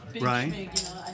Right